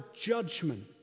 judgment